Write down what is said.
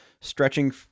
stretching